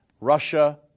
Russia